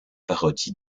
parodie